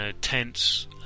tense